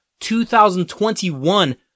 2021